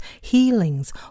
healings